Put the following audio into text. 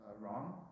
Wrong